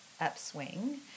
upswing